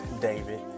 David